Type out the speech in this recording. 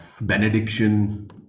Benediction